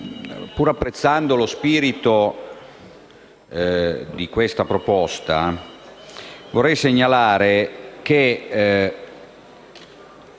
pur apprezzando lo spirito di questa proposta, vorrei segnalare che